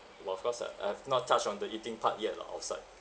but of course lah I've not touched on the eating part yet lah outside